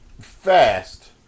fast